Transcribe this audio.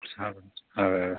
അതെ അതെ